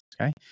Okay